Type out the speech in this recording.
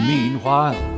Meanwhile